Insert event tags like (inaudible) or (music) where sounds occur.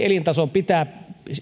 (unintelligible) elintason pitää